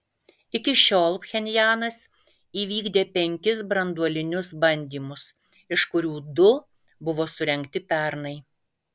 iki šiol pchenjanas įvykdė penkis branduolinius bandymus iš kurių du buvo surengti pernai